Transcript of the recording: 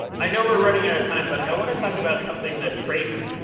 i know we're running out of time, but i want to talk about something that trace,